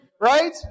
Right